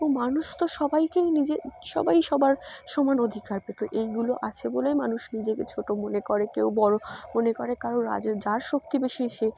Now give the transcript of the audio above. ও মানুষ তো সবাইকেই নিজে সবাই সবার সমান অধিকার পেত এইগুলো আছে বলেই মানুষ নিজেকে ছোট মনে করে কেউ বড় মনে করে কারো রাজে যার শক্তি বেশি সে